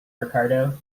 ricardo